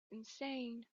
insane